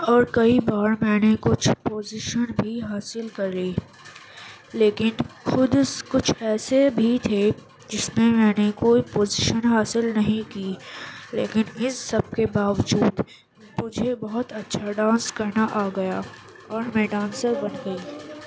اور کئی بار میں نے کچھ پوزیشن بھی حاصل کر لی لیکن خود کچھ ایسے بھی تھے جس میں میں نے کوئی پوزیشن حاصل نہیں کی لیکن اس سب کے باوجود مجھے بہت اچھا ڈانس کرنا آ گیا اور میں ڈانسر بن گئی